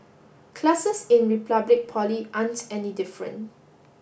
classes in Republic Poly aren't any different